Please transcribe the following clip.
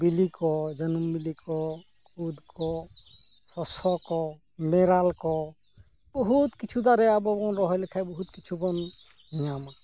ᱵᱤᱞᱤ ᱠᱚ ᱡᱟᱱᱩᱢ ᱵᱤᱞᱤ ᱠᱚ ᱠᱩᱫᱽ ᱠᱚ ᱥᱚᱥᱚ ᱠᱚ ᱢᱮᱨᱟᱞ ᱠᱚ ᱵᱚᱦᱩᱛ ᱠᱤᱪᱷᱩ ᱫᱟᱨᱮ ᱟᱵᱚᱵᱚᱱ ᱨᱚᱦᱚᱭ ᱞᱮᱠᱷᱟᱱ ᱵᱚᱦᱩᱛ ᱠᱤᱪᱷᱩ ᱵᱚᱱ ᱧᱟᱢᱟ